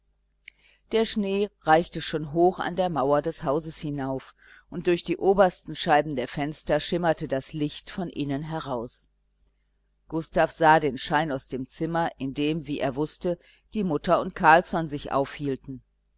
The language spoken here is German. der schnee reichte schon hoch an der mauer des hauses hinauf und durch die obersten scheiben der fenster schimmerte das licht von innen heraus gustav sah den schein aus dem zimmer in dem wie er wußte die mutter und carlsson sich aufhielten